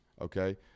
okay